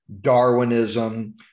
Darwinism